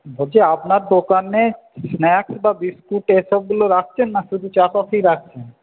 বলছি আপনার দোকানে স্ন্যাক্স বা বিস্কুট এসবগুলো রাখছেন না শুধু চা কফিই রাখছেন